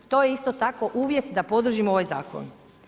To je isto tako uvjet da podržimo ovaj zakon.